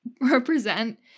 represent